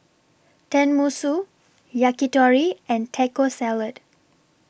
Tenmusu Yakitori and Taco Salad